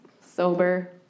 sober